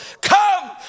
come